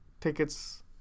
tickets